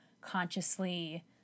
consciously